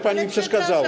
Pani mi przeszkadzała.